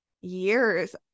years